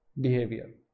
behavior